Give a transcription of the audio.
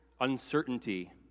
uncertainty